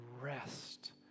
rest